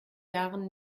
jahren